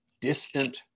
distant